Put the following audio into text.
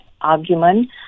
argument